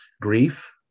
Grief